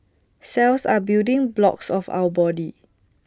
cells are building blocks of our body